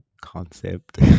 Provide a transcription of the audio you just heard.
concept